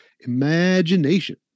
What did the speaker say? imagination